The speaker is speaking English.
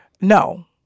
no